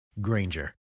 Granger